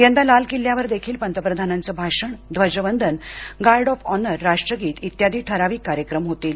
यंदा लाल किल्ल्यावर देखील पंतप्रधानांच भाषण ध्वजवंदन गार्ड ऑफ ऑनरराष्ट्रगीत इत्यादी ठराविक कार्यक्रम होतील